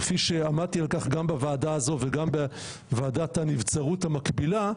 כפי שעמדתי על כך גם בוועדה הזאת וגם בוועדת הנבצרות המקבילה,